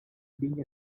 being